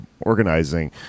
Organizing